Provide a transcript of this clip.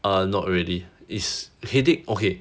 err not really is headache okay